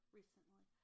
recently